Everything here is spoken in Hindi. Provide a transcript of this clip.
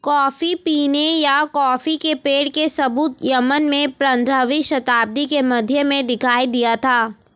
कॉफी पीने या कॉफी के पेड़ के सबूत यमन में पंद्रहवी शताब्दी के मध्य में दिखाई दिया था